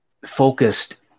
focused